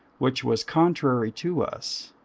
which was contrary to us,